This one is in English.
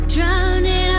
Drowning